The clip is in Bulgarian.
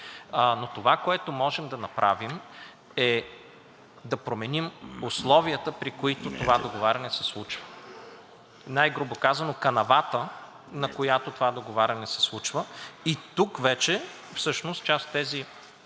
и няма да има пари за заплати. Да променим условията, при които това договаряне се случва, най-грубо казано, канавата, на която това договаряне се случва, и тук вече всъщност част от тези